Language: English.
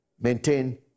maintain